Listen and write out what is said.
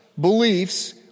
beliefs